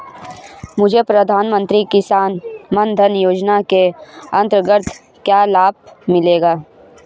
मुझे प्रधानमंत्री किसान मान धन योजना के अंतर्गत क्या लाभ मिलेगा?